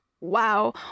Wow